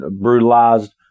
brutalized